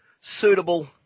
suitable